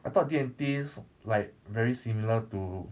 I thought D&T like very similar to